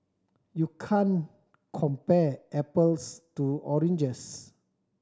you can't compare apples to oranges